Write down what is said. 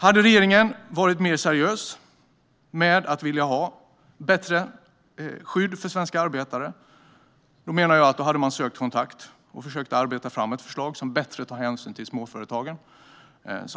Om regeringen hade varit mer seriös när det gäller att få ett bättre skydd för svenska arbetare hade den sökt kontakt för att arbeta fram ett förslag som bättre tar hänsyn till småföretagen,